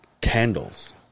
candles